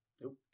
Nope